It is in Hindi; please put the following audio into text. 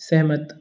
सहमत